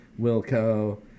Wilco